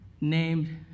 named